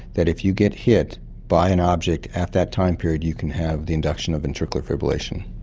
that if you get hit by an object at that time period you can have the induction of ventricular fibrillation.